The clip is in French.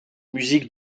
musiques